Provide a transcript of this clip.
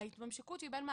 התשי"ח-1958 (נוסח משולב),